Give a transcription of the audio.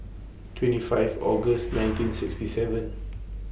twenty five August nineteen sixty seven